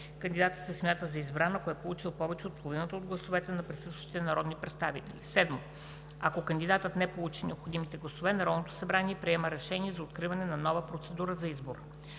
Кандидатът се смята за избран, ако е получил повече от половината от гласовете на присъстващите народни представители. 7. Ако кандидатът не получи необходимите гласове, Народното събрание приема решение за откриване на нова процедура за избор.